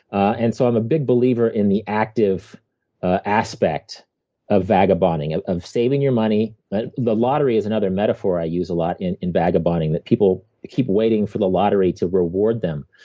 and so i'm a big believer in the active ah aspect of ah vagabonding, of of saving your money. but the lottery is another metaphor i use a lot in in vagabonding that people keep waiting for the lottery to reward them.